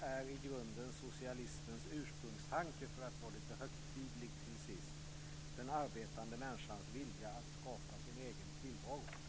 För att vara lite högtidlig till sist, är det i grunden socialismens ursprungstanke, den arbetande människans vilja att skapa sin egen tillvaro.